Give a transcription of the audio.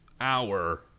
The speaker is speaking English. hour